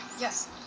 Yes